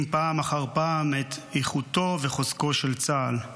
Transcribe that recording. פעם אחר פעם את איכותו וחוזקו של צה"ל.